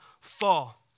fall